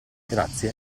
grazie